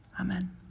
Amen